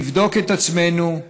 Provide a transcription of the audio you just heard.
נבדוק את עצמנו,